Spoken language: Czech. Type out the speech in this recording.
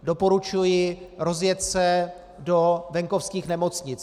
Doporučuji rozjet se do venkovských nemocnic.